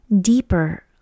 deeper